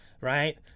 right